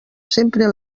sempre